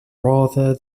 rather